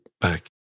back